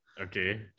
Okay